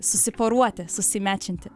susiporuoti susimečinti